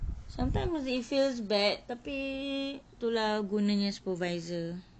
sometimes it feels bad tapi tu lah gunanya supervisor